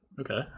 Okay